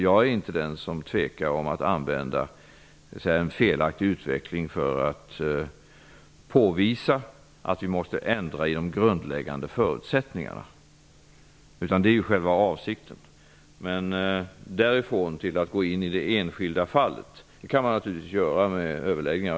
Jag är inte den som tvekar att använda en s.k. felaktig utveckling för att påvisa att de grundläggande förutsättningarna måste ändras -- det är själva avsikten. Det betyder inte att jag kan gå in i det enskilda fallet, även om man naturligtvis kan göra det genom överläggningar.